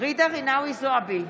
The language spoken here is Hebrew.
ג'ידא רינאוי זועבי,